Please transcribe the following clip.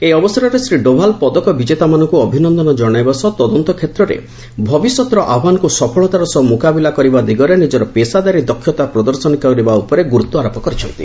ଏହି ଅବସରରେ ଶ୍ରୀ ଡୋଭାଲ୍ ପଦକ ବିଜେତାମାନଙ୍କୁ ଅଭିନନ୍ଦନ କଶାଇବା ସହ ତଦନ୍ତ କ୍ଷେତ୍ରରେ ଭବିଷ୍ୟତର ଆହ୍ୱାନକୁ ସଫଳତାର ସହ ମୁକାବିଲା କରିବା ଦିଗରେ ନିଜର ପେସାଦାରୀ ଦକ୍ଷତା ପ୍ରଦର୍ଶନ କରିବା ଉପରେ ଗୁରୁତ୍ୱାରୋପ କରିଛନ୍ତି